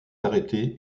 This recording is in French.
arrêtés